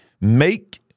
make